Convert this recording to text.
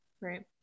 Right